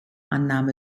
annahme